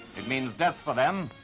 it means death for them.